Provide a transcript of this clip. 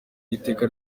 n’iteka